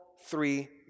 three